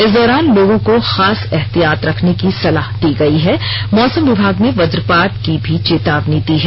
इस दौरान लोगों को खास एहतियात रखने की सलाह दी गई है मौसम विभाग ने वज्रपात की भी चेतावनी दी है